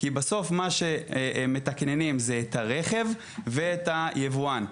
כי בסוף מתקננים את הרכב ואת היבואן.